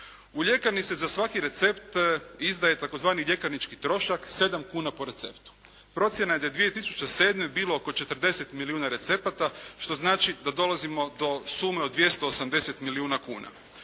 U ljekarni se za svaki recept izdaje tzv. ljekarnički trošak 7 kuna po receptu. Procjena je da je 2007. bilo oko 40 milijuna recepata, što znači da dolazimo do sume od 280 milijuna kuna.